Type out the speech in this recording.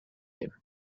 him